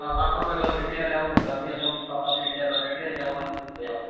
हाँ पापा का जो डिटेल है वो घर के जो पापा डिटेल है और एड्रेस है वो ले आओ